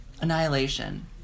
Annihilation